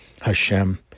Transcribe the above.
Hashem